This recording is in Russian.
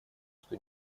что